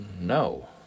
No